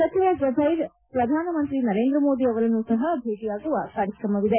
ಸಚಿವ ಝುಬೈರ್ ಪ್ರಧಾನಮಂತ್ರಿ ನರೇಂದ್ರ ಮೋದಿ ಅವರನ್ನೂ ಸಹ ಭೇಟಿಯಾಗುವ ಕಾರ್ಯಕ್ರಮವಿದೆ